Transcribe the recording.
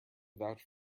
vouch